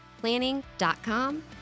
planning.com